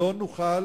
לא נוכל